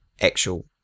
actual